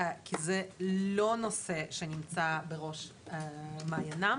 כי זה לא נושא שנמצא בראש מעיינם,